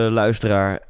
luisteraar